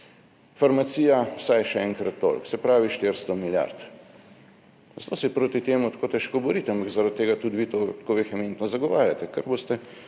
Farmacija vsaj še enkrat toliko, se pravi 400 milijard. Zato se je proti temu tako težko boriti, ampak zaradi tega tudi vi to tako vehementno zagovarjate, ker boste